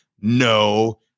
no